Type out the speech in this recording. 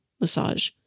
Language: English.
massage